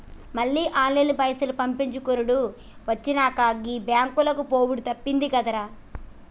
మళ్ల ఆన్లైన్ల పైసలు పంపిచ్చుకునుడు వచ్చినంక, గీ బాంకులకు పోవుడు తప్పిందిగదా